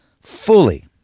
fully